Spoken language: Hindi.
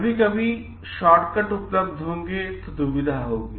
कभी कभी शॉर्टकट उपलब्ध होंगे तो दुविधा होगी